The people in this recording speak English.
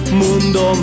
mundo